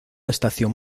estación